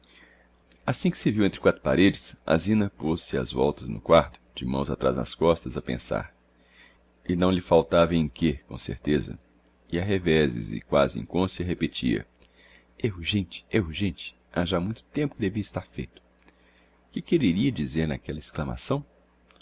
assim que se viu entre quatro paredes a zina poz-se ás voltas no quarto de mãos atráz das costas a pensar e não lhe faltava em quê com certeza e a revezes e quasi inconscia repetia é urgente é urgente ha já muito tempo que devia estar feito que quereria dizer aquella exclamação